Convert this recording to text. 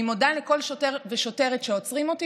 אני מודה לכל שוטר ושוטרת שעוצרים אותי